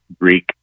Greek